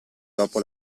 dopo